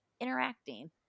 interacting